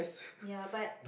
ya but